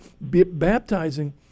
baptizing